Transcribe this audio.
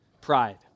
Pride